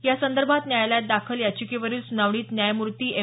यासंदर्भात न्यायालयात दाखल याचिकेवरील सुनावणीत न्यायमूर्ती एम